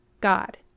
God